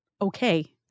okay